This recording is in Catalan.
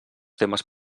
temes